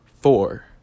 four